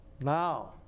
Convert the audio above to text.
Now